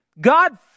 God